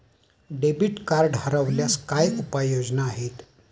Debit card हरवल्यास काय उपाय योजना आहेत?